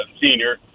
senior